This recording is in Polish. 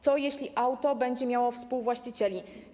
Co będzie jeśli auto będzie miało współwłaścicieli?